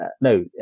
no